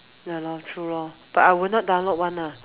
ya lor true lor but I will not download [one] lah